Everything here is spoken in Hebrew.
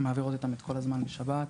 מעבירות איתם את כל הזמן בשבת.